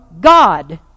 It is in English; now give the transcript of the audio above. God